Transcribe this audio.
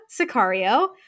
Sicario